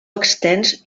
extens